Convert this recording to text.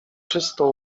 czysto